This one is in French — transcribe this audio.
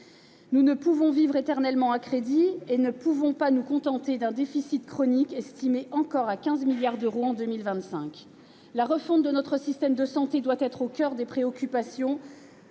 Nous ne pouvons pas vivre éternellement à crédit et nous contenter d'un déficit chronique, estimé encore à 15 milliards d'euros en 2025. La refonte de notre système de santé doit être au coeur des préoccupations